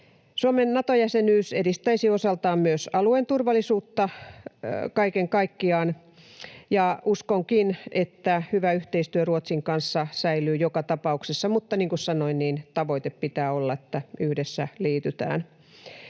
Suomen Nato-jäsenyys edistäisi osaltaan myös alueen turvallisuutta kaiken kaikkiaan, ja uskonkin, että hyvä yhteistyö Ruotsin kanssa säilyy joka tapauksessa, mutta niin kuin sanoin, tavoitteena pitää olla, että yhdessä liitytään.